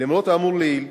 למרות האמור לעיל,